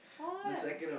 what